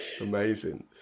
amazing